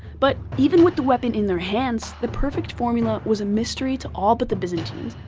but even with the weapon in their hands, the perfect formula was a mystery to all but the byzantines.